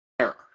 error